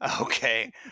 Okay